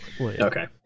Okay